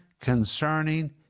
concerning